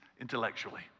intellectually